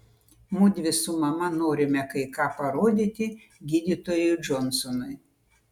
mudvi su mama norime kai ką parodyti gydytojui džonsonui